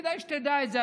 כדאי שתדע את זה,